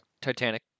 Titanic